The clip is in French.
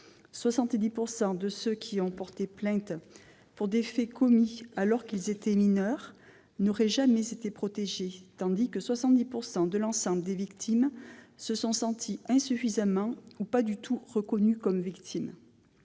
70 % de ceux qui ont porté plainte pour des faits commis alors qu'ils étaient mineurs n'auraient jamais été protégés et que 70 % de l'ensemble des victimes se sont senties insuffisamment ou pas du tout reconnues comme telles.